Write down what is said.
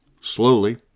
Slowly